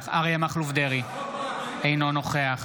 אריה מכלוף דרעי, אינו נוכח